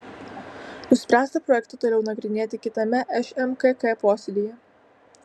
nuspręsta projektą toliau nagrinėti kitame šmkk posėdyje